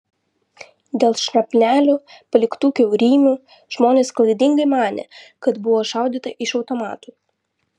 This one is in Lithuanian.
dėl šrapnelių paliktų kiaurymių žmonės klaidingai manė kad buvo šaudyta iš automatų